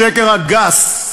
השקר הגס.